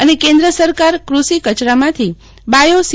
અને કેન્દ્ર સરકાર ક્રષિ કચરામાંથી બાયો સી